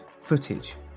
footage